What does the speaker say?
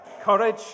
Courage